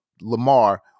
lamar